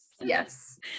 Yes